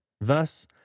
Thus